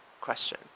question